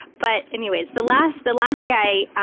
but anyways, the last the last guy,